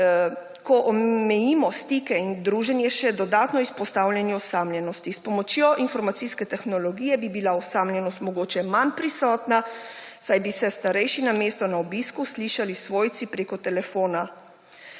ko omejimo stike in druženje, še dodatno izpostavljeni osamljenosti. S pomočjo informacijske tehnologije bi bila osamljenost mogoče manj prisotna, saj bi se starejši namesto na obisku slišali svojci preko telefona.